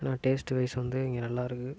ஆனால் taste wise வந்து இங்கே நல்லாயிருக்கு